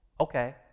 okay